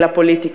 אל הפוליטיקה.